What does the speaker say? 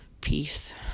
peace